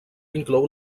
inclou